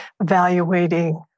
evaluating